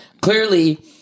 clearly